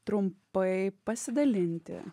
trumpai pasidalinti